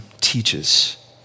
teaches